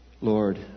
Lord